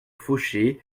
fauché